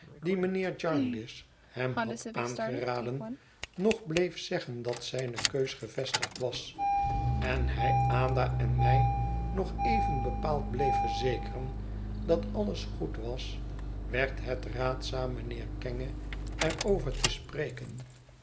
die mijnheer jarndyce hem had aangeraden nog bleef zeggen dat zijne keus gevestigd was en hij ada en mij nog even bepaald bleef verzekeren dat alles goed was werd het raadzaam mijnheer kenge er over te spreken